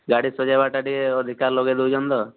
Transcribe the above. ଗାଡ଼ି ସଜାଇବାଟା ଟିକେ ଅଧିକା ଲଗାଇ ଦେଉଛନ ତ